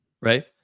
right